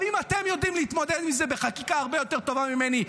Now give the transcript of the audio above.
אם אתם יודעים להתמודד עם זה בחקיקה הרבה יותר טובה משלי,